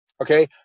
Okay